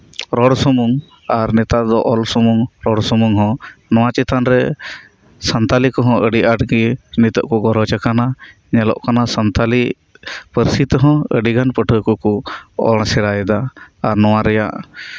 ᱨᱚᱲ ᱥᱩᱢᱩᱝ ᱟᱨ ᱱᱮᱛᱟᱨ ᱫᱚ ᱚᱞ ᱥᱩᱢᱩᱝ ᱨᱚᱲ ᱥᱩᱢᱩᱝ ᱦᱚᱸ ᱱᱚᱶᱟ ᱪᱮᱛᱟᱱ ᱨᱮ ᱥᱟᱱᱛᱟᱲᱤ ᱠᱚᱸᱦᱚᱸ ᱟᱹᱰᱤ ᱟᱸᱴ ᱜᱮ ᱱᱤᱛᱚᱜ ᱠᱚ ᱜᱚᱨᱚᱡᱽ ᱟᱠᱟᱱᱟ ᱧᱮᱞᱚᱜ ᱠᱟᱱᱟ ᱥᱟᱱᱛᱟᱲᱤ ᱯᱟᱹᱨᱥᱤ ᱛᱮᱦᱚᱸ ᱟᱹᱰᱤ ᱜᱟᱱ ᱯᱟᱹᱴᱷᱩᱣᱟᱹ ᱠᱚᱠᱚ ᱚᱞ ᱥᱮᱬᱟᱭᱮᱫᱟ ᱟᱨ ᱱᱚᱶᱟ ᱨᱮᱭᱟᱜ